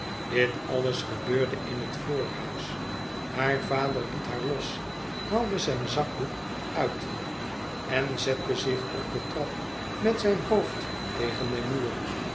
dit alles gebeurde in het voorhuis haar vader liet haar los haalde zijn zakdoek uit en zette zich op de trap met zijn hoofd tegen den muur